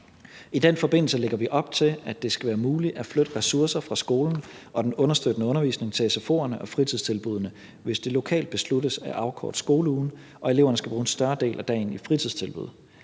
I den forbindelse lægger vi op til, at det skal være muligt at flytte ressourcer fra skolen og den understøttende undervisning til sfo'erne og fritidstilbuddene, hvis det lokalt besluttes at afkorte skoleugen, og at eleverne skal bruge en større del af dagen i fritidstilbud.